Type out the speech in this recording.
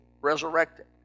resurrected